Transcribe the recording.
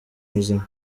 buzima